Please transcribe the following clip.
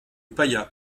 paya